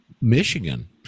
Michigan